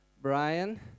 Brian